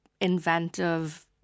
inventive